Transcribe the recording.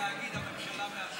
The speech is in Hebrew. עמר